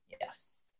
Yes